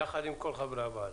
יחד עם כל חברי הוועדה.